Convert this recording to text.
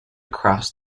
across